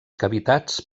cavitats